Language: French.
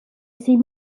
ses